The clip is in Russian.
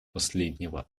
последнего